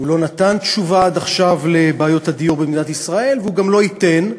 הוא לא נתן תשובה עד עכשיו לבעיות הדיור במדינת ישראל והוא גם לא ייתן,